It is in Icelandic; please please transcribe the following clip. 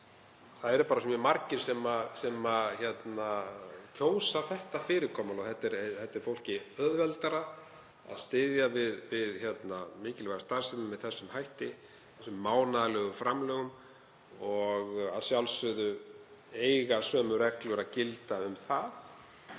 að það eru svo margir sem kjósa þetta fyrirkomulag. Það er fólki auðveldara að styðja við mikilvæga starfsemi með þessum hætti, þessum mánaðarlegu framlögum, og að sjálfsögðu eiga sömu reglur að gilda um það